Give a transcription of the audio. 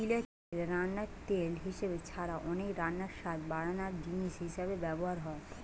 তিলের তেল রান্নার তেল হিসাবে ছাড়া অনেক রান্নায় স্বাদ বাড়ানার জিনিস হিসাবে ব্যভার হয়